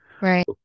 Right